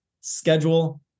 schedule